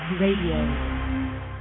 Radio